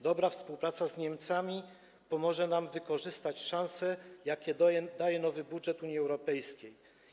Dobra współpraca z Niemcami pomoże nam wykorzystać szanse, jakie daje nowy budżet Unii Europejskiej.